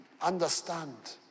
understand